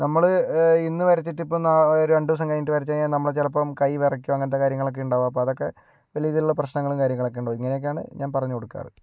നമ്മൾ ഇന്ന് വരച്ചിട്ട് ഇപ്പം രണ്ടു ദിവസം കഴിഞ്ഞിട്ട് വരച്ചു കഴിഞ്ഞാൽ നമ്മൾ ചിലപ്പം കൈ വിറയ്ക്കും അങ്ങനത്തെ കാര്യങ്ങളൊക്കെ ഉണ്ടാവും അപ്പോൾ അതൊക്കെ വലിയ രീതിയിലുള്ള പ്രശ്നങ്ങളും കാര്യങ്ങളൊക്കെ ഉണ്ടാവും ഇങ്ങനെയൊക്കെയാണ് ഞാൻ പറഞ്ഞു കൊടുക്കാറ്